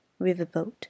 riverboat